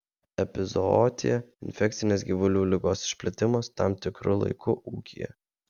epizootija infekcinės gyvulių ligos išplitimas tam tikru laiku ūkyje